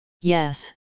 Yes